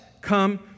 come